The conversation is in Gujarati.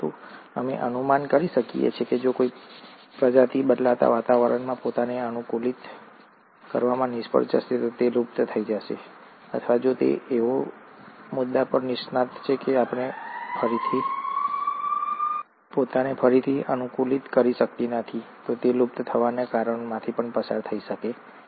પરંતુ અમે અનુમાન કરીએ છીએ કે જો કોઈ પ્રજાતિ બદલાતા વાતાવરણમાં પોતાને અનુકૂલિત કરવામાં નિષ્ફળ જશે તો તે લુપ્ત થઈ જશે અથવા જો તે એવા મુદ્દા પર નિષ્ણાત છે કે તે પોતાને ફરીથી અનુકૂલિત કરી શકતી નથી તો તે લુપ્ત થવાના કારણમાંથી પણ પસાર થઈ શકે છે